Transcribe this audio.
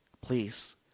please